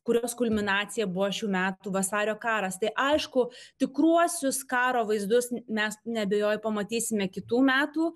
kurios kulminacija buvo šių metų vasario karas tai aišku tikruosius karo vaizdus mes neabejoju pamatysime kitų metų